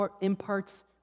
imparts